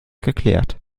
geklärt